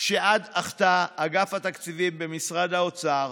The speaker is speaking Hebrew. שעד עתה אגף התקציבים במשרד האוצר